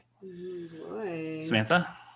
Samantha